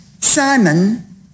Simon